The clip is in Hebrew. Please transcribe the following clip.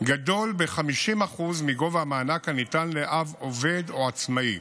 גדול ב-50% מהמענק הניתן לאב עובד או עצמאי.